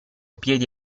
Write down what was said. piedi